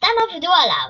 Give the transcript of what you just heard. סתם עבדו עליו.